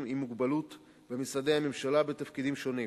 עם מוגבלות במשרדי הממשלה בתפקידים שונים.